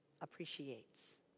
appreciates